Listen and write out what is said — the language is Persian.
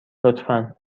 لطفا